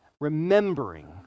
remembering